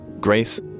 Grace